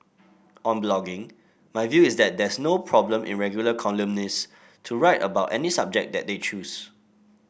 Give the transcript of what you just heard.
on blogging my view is that there's no problem in regular columnist to write about any subject that they choose